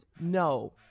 no